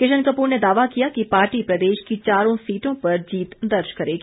किशन कपूर ने दावा किया कि पार्टी प्रदेश की चारों सीटों पर जीत दर्ज करेगी